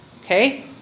Okay